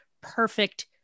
perfect